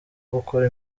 gukora